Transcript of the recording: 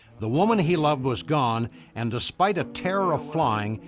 the woman he loved was gone and despite a terror of flying,